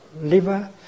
liver